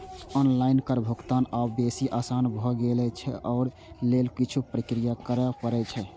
online कर भुगतान आब बेसी आसान भए गेल छै, अय लेल किछु प्रक्रिया करय पड़ै छै